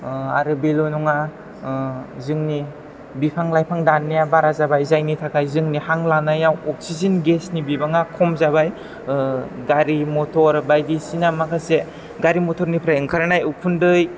आरो बेल' नङा जोंनि बिफां लाइफां दान्नाया बारा जाबाय जायनि थाखाय जोंनि हां लानायाव अक्सिजेन गेसनि बिबाना खम जाबाय गारि मटर बायदिसिना माखासे गारि मटरनिफ्राय ओंखारनाय उखुन्दै